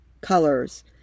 colors